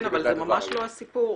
אבל זה ממש לא הסיפור.